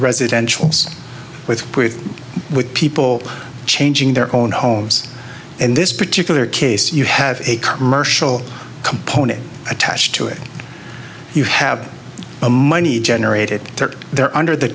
residential with with people changing their own homes in this particular case you have a commercial component attached to it you have a money generated there under the